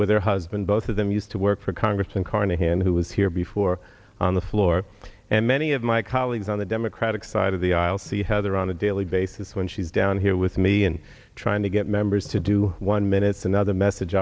with her husband both of them used to work for congress and carnahan who was here before on the floor and many of my colleagues on the democratic side of the aisle see how they are on a daily basis when she's down here with me and trying to get members to do one minute's another message